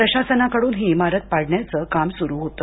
प्रशासनाकडून ही इमारत पाडण्याचं काम सुरू होतं